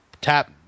tap